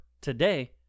today